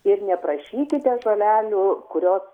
ir neprašykite žolelių kurios